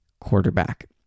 quarterback